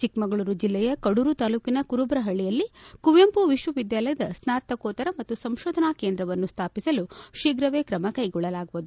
ಚಿಕ್ಕಮಗಳೂರು ಜಿಲ್ಲೆಯ ಕಡೂರು ತಾಲ್ಲೂಕಿನ ಕುರುಬರಹಳ್ಳಿಯಲ್ಲಿ ಕುವೆಂಪು ವಿಶ್ವವಿದ್ಯಾಲಯದ ಸ್ನಾತಕೋತ್ತರ ಮತ್ತು ಸಂಶೋಧನಾ ಕೇಂದ್ರವನ್ನು ಸ್ಥಾಪಿಸಲು ಶೀಘವೇ ಕ್ರಮ ಕೈಗೊಳ್ಳಲಾಗುವುದು